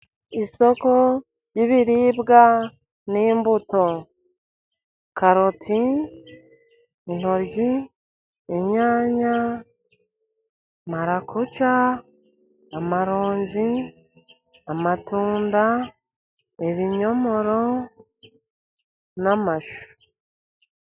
Isoko ry'ibiribwa n'imbuto: karoti, intoryi, inyanya, marakuja, amaronji, amatunda, ibinyomoro, n'amashu.